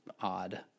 odd